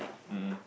mmhmm